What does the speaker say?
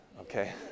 okay